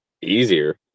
easier